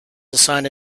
assigned